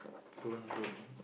don't don't don't